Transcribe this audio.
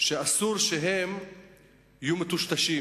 אסור שיהיו מטושטשים.